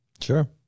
Sure